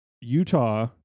Utah